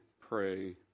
pray